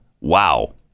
wow